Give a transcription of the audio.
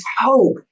hope